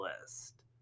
list